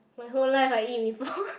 my whole life I eat Mee-Pok